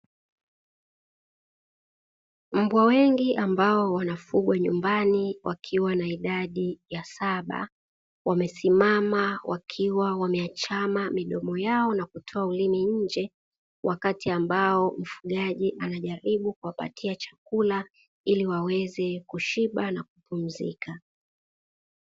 Mbwa wengi ambao wanafugwa nyumbani wakiwa na idadi ya saba wamesimama wakiwa wameachama midomo yao na kutoa ulimi nje, wakati ambao mfugaji anajaribu kuwapatia chakula, ili waweze kushiba na kupumzika."